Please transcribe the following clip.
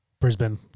Brisbane